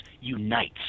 unites